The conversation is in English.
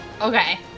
Okay